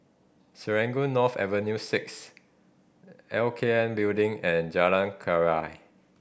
Serangoon North Avenue Six L K N Building and Jalan Keria